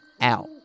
out